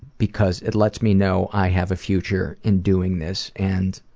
because it lets me know i have a future in doing this. and,